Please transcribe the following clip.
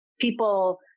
people